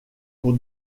pour